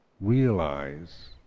realize